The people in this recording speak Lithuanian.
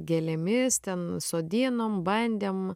gėlėmis ten sodinom bandėm